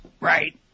Right